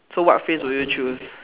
so what phrase do you chose